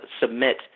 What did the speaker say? submit